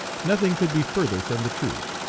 nothing could be further from the truth.